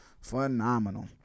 Phenomenal